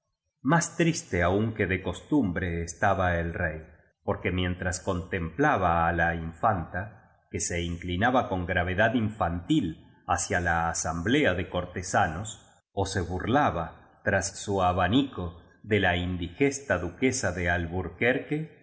más triste aún que de costumbre estaba el rey porque mientras contemplaba a la infanta que se inclinaba con gravedad infantil hacia la asamblea de cortesanos ó se burlaba tras su abanico de la indigesta duquesa de alburquerque